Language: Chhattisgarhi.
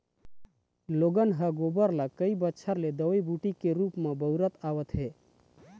लोगन ह गोबर ल कई बच्छर ले दवई बूटी के रुप म बउरत आवत हे